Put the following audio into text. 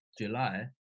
July